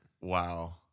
Wow